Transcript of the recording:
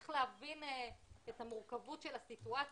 צריך להבין את המורכבות של הסיטואציה,